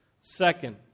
Second